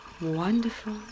wonderful